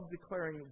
declaring